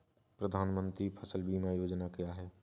प्रधानमंत्री फसल बीमा योजना क्या है?